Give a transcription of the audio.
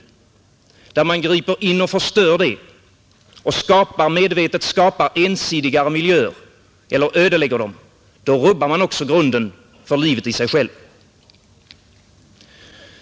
Då man griper in och förstör det och medvetet skapar ensidigare miljöer eller ödelägger de befintliga rubbar man också grunden för livet självt.